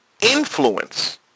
influence